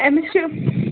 أمِس چھُ